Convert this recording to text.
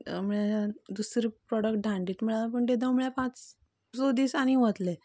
म्हळ्यार दुसरो प्रोडक्ट धाडून दिता म्हळां म्हळ्यार पांच सो दीस आनी वतले